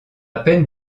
peine